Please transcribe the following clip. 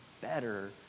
better